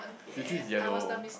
is yellow